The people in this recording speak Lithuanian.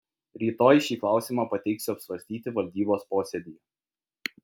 rytoj šį klausimą pateiksiu apsvarstyti valdybos posėdyje